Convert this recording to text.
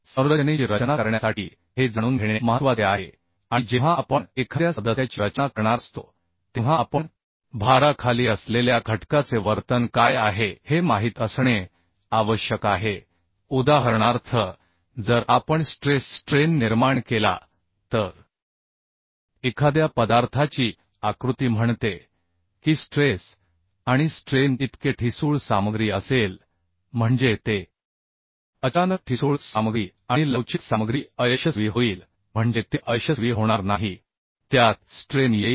संरचनेची रचना करण्यासाठी हे जाणून घेणे महत्वाचे आहे आणि जेव्हा आपण एखाद्या मेम्बर ची रचना करणार असतो तेव्हा आपण भाराखाली असलेल्या घटकाचे वर्तन काय आहे हे माहित असणे आवश्यक आहे उदाहरणार्थ जर आपण स्ट्रेस स्ट्रेन निर्माण केला तर एखाद्या पदार्थाची आकृती म्हणते की स्ट्रेस आणि स्ट्रेन इतके ठिसूळ सामग्री असेल म्हणजे ते अचानक ठिसूळ सामग्री आणि डक्टाईल सामग्री अयशस्वी होईल म्हणजे ते अयशस्वी होणार नाही त्यात स्ट्रेन येईल